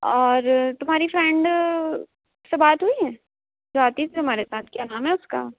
और तुम्हारी फ्रेंड से बात हुई है जो आती थी तुम्हारे साथ क्या नाम है उसका